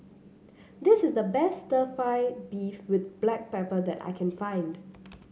this is the best stir fry beef with Black Pepper that I can find